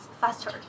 faster